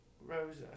Rosa